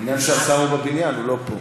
העניין הוא שהשר בבניין, הוא לא פה.